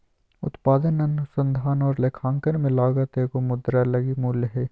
उत्पादन अनुसंधान और लेखांकन में लागत एगो मुद्रा लगी मूल्य हइ